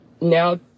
now